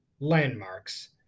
Landmarks